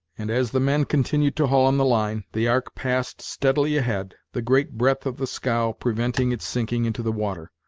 and, as the men continued to haul on the line, the ark passed steadily ahead, the great breadth of the scow preventing its sinking into the water